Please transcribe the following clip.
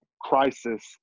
crisis